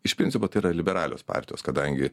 iš principo tai yra liberalios partijos kadangi